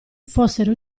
fossero